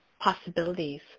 possibilities